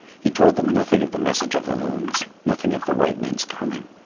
he told them nothing of the message of the loons, nothing of the white men's coming.